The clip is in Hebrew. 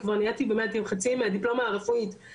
אני נחשפת למקרים קשים של מחלות קשות,